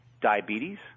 diabetes